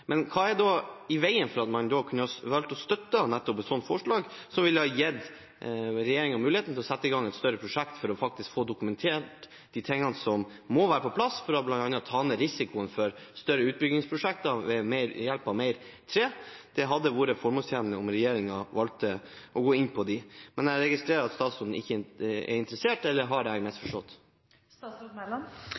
Hva er da i veien for at man kunne velge å støtte nettopp et slikt forslag, som ville gitt regjeringen muligheten til å sette i gang et større prosjekt for faktisk å få dokumentert de tingene som må være på plass, for bl.a. å ta ned risikoen for større utbyggingsprosjekter ved hjelp av mer tre? Det hadde vært formålstjenlig om regjeringen valgte å gå inn på det. Men jeg registrerer at statsråden ikke er interessert, eller har jeg misforstått? Det er